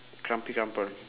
crumpy crumple